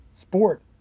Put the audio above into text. sport